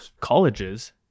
colleges